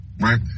right